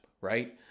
right